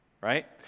right